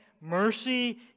Mercy